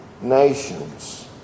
nations